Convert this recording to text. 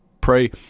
Pray